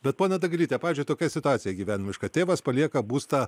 bet ponia dagilyte pavyzdžiui tokia situacija gyvenimiška tėvas palieka būstą